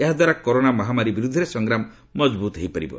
ଏହାଦ୍ୱାରା କରୋନା ମହାମାରୀ ବିରୁଦ୍ଧରେ ସଂଗ୍ରାମ ମଜଭୂତ ହୋଇପାରିବ